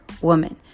woman